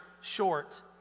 short